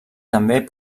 també